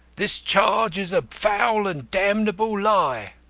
this charge is a foul and damnable lie.